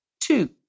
Two